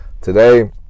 today